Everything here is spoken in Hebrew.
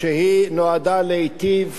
שנועדה להיטיב